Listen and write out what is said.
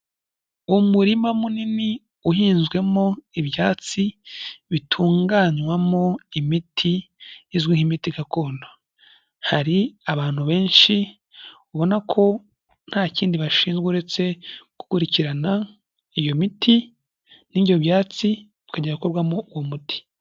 Umurima munini, uhinzwemo ibyatsi bitunganywamo imiti izwi nk'imiti gakondo, hari abantu benshi ubona ko nta kindi bashinzwe uretse gukurikirana iyo miti n'ibyo byatsi bikajya gukorwamo uwo muti.